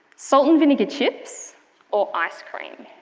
salt and vinegar chips or ice cream?